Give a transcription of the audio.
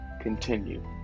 continue